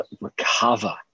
recover